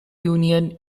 union